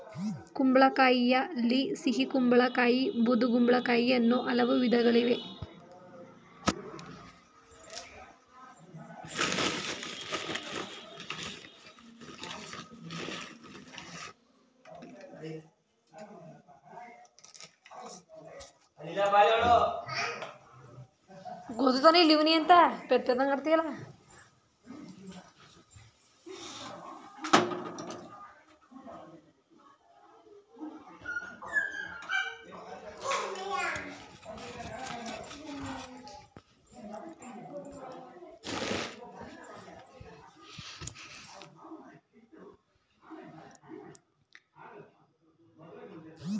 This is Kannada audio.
ಕುಂಬಳಕಾಯಿಯಲ್ಲಿ ಸಿಹಿಗುಂಬಳ ಕಾಯಿ ಬೂದುಗುಂಬಳಕಾಯಿ ಅನ್ನೂ ಹಲವು ವಿಧಗಳಿವೆ